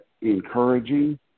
Encouraging